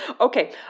Okay